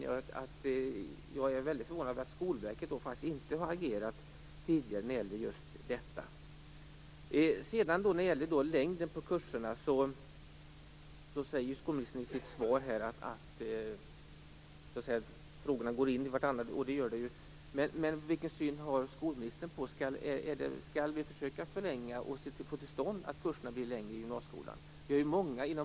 Jag är mycket förvånad över att Skolverket inte har agerat tidigare i just det avseendet. När det gäller kurslängden säger skolministern i sitt svar att frågorna går in i varandra, och det gör de. Jag undrar vilken uppfattning skolministern har. Skall vi försöka få till stånd att kurserna i gymnasieskolan blir längre? Det är min första fråga.